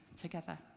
together